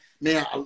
Man